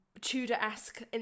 tudor-esque